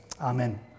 Amen